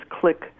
click